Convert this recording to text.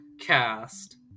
Cast